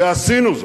ועשינו זאת.